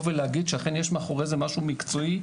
ולהגיד שאכן יש מאחורי זה משהו מקצועי.